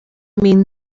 mean